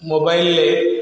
ମୋବାଇଲ୍ରେ